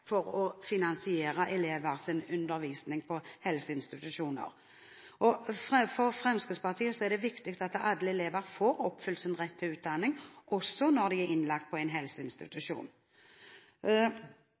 for å finansiere elevers undervisning på helseinstitusjoner. For Fremskrittspartiet er det viktig at alle elever får oppfylt sin rett til utdanning også når de er innlagt på en